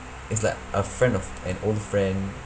it's like a friend of an old friend